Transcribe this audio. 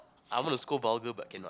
I wanna scold vulgar but cannot